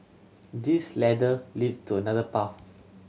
this ladder leads to another path